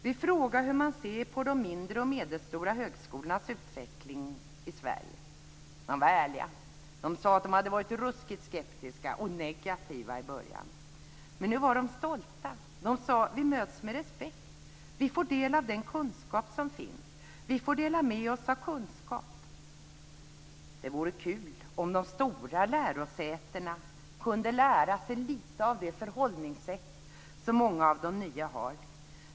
Vi frågade hur de ser på de mindre och medelstora högskolornas utveckling i Sverige. De var ärliga och sade att de hade varit ruskigt skeptiska och negativa i början. Men nu var de stolta. De sade att de möts med respekt, får del av den kunskap som finns och får dela med sig av kunskap. Det vore kul om de stora lärosätena kunde lära sig lite av det förhållningssätt som många av de nya har. Fru talman!